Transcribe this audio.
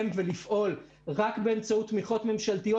ולפעול רק באמצעות תמיכות ממשלתיות,